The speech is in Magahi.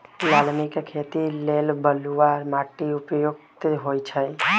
लालमि के खेती लेल बलुआ माटि उपयुक्त होइ छइ